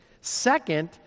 Second